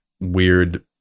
weird